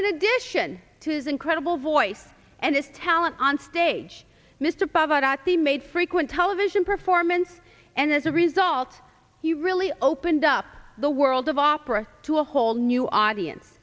in addition to his incredible voice and his alan onstage mr pavarotti made frequent television performance and as a result he really opened up the world of opera to a whole new audience